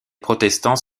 protestants